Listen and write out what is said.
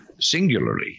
singularly